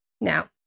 Now